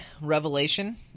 revelation